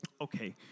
Okay